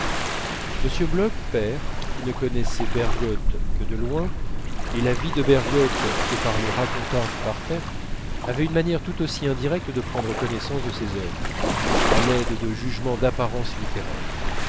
m bloch père qui ne connaissait bergotte que de loin et la vie de bergotte que par les racontars du parterre avait une manière tout aussi indirecte de prendre connaissance de ses œuvres à l'aide de jugements d'apparence littéraire